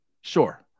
sure